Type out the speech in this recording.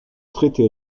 traité